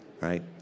right